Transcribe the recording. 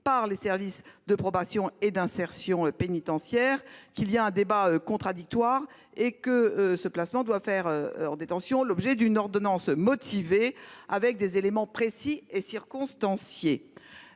par les services de probation et d'insertion pénitentiaire, d'organiser un débat contradictoire et de garantir que le placement en détention fasse l'objet d'une ordonnance motivée, avec des éléments précis et circonstanciés.